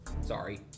Sorry